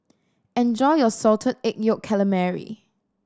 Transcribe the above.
enjoy your Salted Egg Yolk Calamari